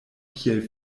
kiel